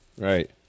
Right